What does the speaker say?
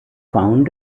found